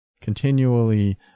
continually